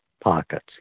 pockets